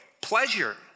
pleasure